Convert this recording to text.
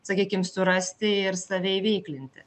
sakykim surasti ir save įveiklinti